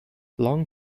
long